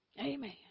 Amen